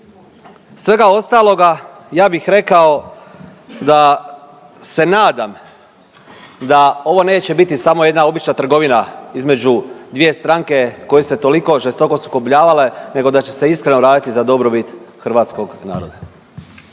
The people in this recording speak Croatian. svega ostaloga ja bih rekao da se nadam da ovo neće biti samo jedna obična trgovina između dvije stranke koje su se toliko žestoko sukobljavale, nego da će se iskreno raditi zha dobrobit hrvatskog naroda.